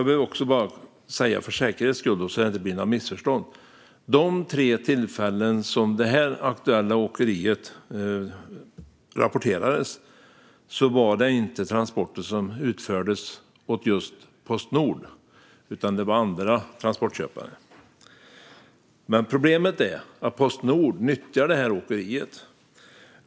För säkerhets skull, så att det inte blir några missförstånd, ska jag säga att vid de tre tillfällen som det aktuella åkeriet rapporterades var det inte transporter som utfördes åt just Postnord. Det var andra transportköpare. Men problemet är att Postnord nyttjar detta åkeri.